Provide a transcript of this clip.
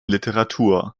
literatur